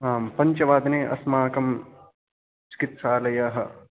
आम् पञ्चवादने अस्माकम् चिकित्सालयः